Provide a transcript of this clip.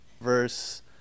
verse